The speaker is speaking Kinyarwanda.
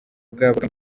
bwabaga